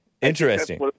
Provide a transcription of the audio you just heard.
Interesting